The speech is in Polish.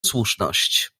słuszność